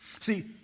See